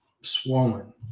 swollen